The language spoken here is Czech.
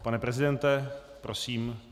Pane prezidente, prosím.